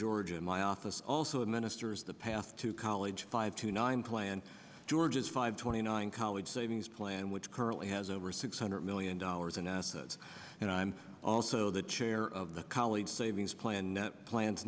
georgia my office also administers the path to college five to nine plan georgia's five twenty nine college savings plan which currently has over six hundred million dollars in assets and i'm also the chair of the college savings plan plans